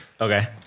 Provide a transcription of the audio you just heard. okay